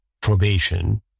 probation